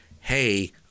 hey